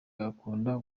agakunda